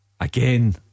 Again